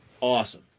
Awesome